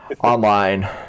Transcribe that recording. online